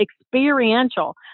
experiential